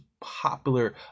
popular